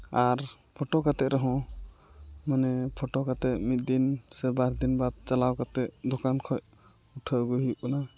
ᱟᱨ photo ᱠᱟᱛᱮᱫ ᱨᱮᱦᱚᱸ ᱢᱟᱱᱮ ᱯᱷᱚᱴᱳ ᱠᱟᱛᱮᱫ ᱢᱤᱫ ᱫᱤᱱ ᱥᱮ ᱵᱟᱨ ᱫᱤᱱ ᱵᱟᱫ ᱪᱟᱞᱟᱣ ᱠᱟᱛᱮᱫ ᱫᱚᱠᱟᱱ ᱠᱷᱚᱱ ᱩᱴᱷᱟᱹᱣ ᱟᱹᱜᱩᱭ ᱦᱩᱭᱩᱜ ᱠᱟᱱᱟ